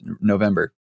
November